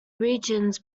regions